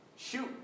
shoot